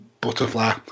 butterfly